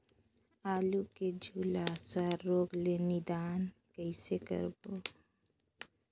आलू के झुलसा रोग ले निदान कइसे करबो?